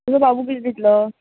तुजो बाबू कितें दितलो